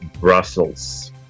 brussels